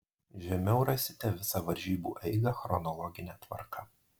žemiau rasite visą varžybų eigą chronologine tvarka